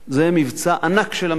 זה מבצע ענק של המדינה.